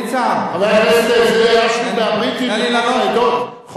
ניצן, תן לי לענות, ניצן.